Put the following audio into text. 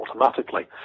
automatically